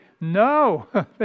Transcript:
No